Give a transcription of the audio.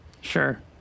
sure